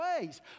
ways